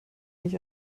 nicht